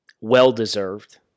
Well-deserved